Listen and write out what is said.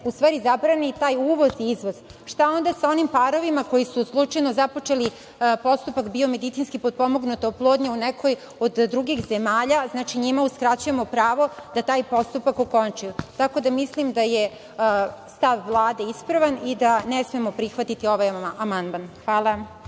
u stvari zabrani uvoz i izvoz. Šta onda sa onim parovima koji su slučajno započeli postupak BMPO u nekoj od drugih zemalja? Znači, njima uskraćujemo pravo da taj postupak okončaju. Tako da mislim da stav Vlade ispravan i da ne smemo prihvatiti ovaj amandman. Hvala.